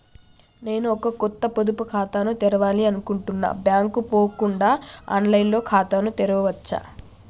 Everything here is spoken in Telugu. నేను ఒక కొత్త పొదుపు ఖాతాను తెరవాలని అనుకుంటున్నా బ్యాంక్ కు పోకుండా ఆన్ లైన్ లో ఖాతాను తెరవవచ్చా?